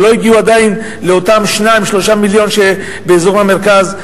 הן לא הגיעו עדיין לאותם 2 3 מיליון שנדרשים באזור המרכז,